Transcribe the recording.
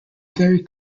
very